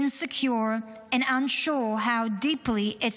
insecure and unsure how deeply its